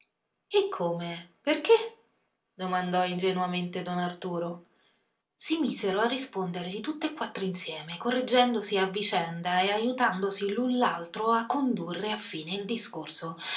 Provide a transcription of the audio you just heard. e come perché domandò ingenuamente don arturo si misero a rispondergli tutt'e quattro insieme correggendosi a vicenda e ajutandosi l'un l'altro a condurre a fine il discorso